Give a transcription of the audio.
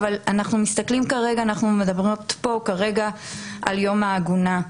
אבל אנחנו מדברות פה כרגע על יום העגונה.